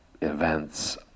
events